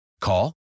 Call